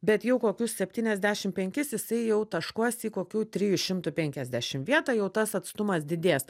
bet jau kokius septyniasdešim penkis jisai jau taškuos į kokių trijų šimtų penkiasdešim vietą jau tas atstumas didės